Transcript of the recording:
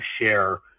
share